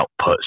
outputs